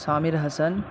Samir Hasan